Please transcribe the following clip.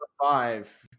five